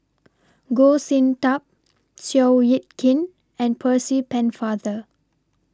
Goh Sin Tub Seow Yit Kin and Percy Pennefather